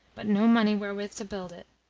but no money wherewith to build it.